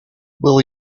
will